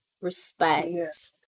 respect